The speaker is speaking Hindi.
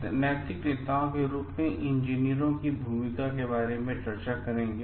अब हम नैतिक नेताओं के रूप में इंजीनियरों की भूमिका के बारे में चर्चा करेंगे